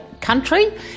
country